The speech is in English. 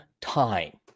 time